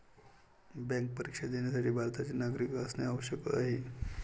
bank परीक्षा देण्यासाठी भारताचे नागरिक असणे आवश्यक आहे